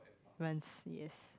runs yes